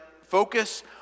focus